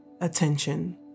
attention